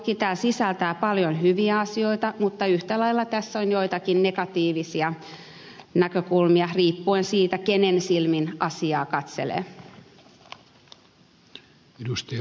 tämä sisältää paljon hyviä asioita mutta yhtä lailla tässä on joitakin negatiivisia näkökulmia riippuen siitä kenen silmin asiaa katselee